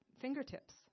fingertips